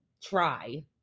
try